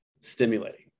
stimulating